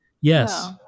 Yes